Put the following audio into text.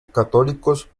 católicos